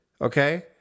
Okay